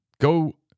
Go